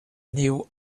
new